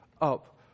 up